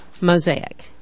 Mosaic